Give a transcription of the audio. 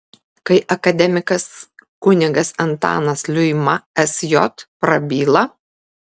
kai akademikas kunigas antanas liuima sj prabyla